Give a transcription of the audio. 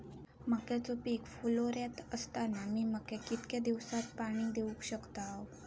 मक्याचो पीक फुलोऱ्यात असताना मी मक्याक कितक्या दिवसात पाणी देऊक शकताव?